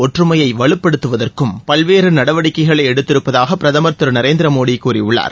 ஒற்றுமையை வலுப்படுத்துவதற்கும் பல்வேறு நடவடிக்கைகளை எடுத்திருப்பதாக பிரதமர் திருநரேந்திர மோடி கூறியுள்ளார்